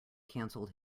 canceled